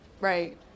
right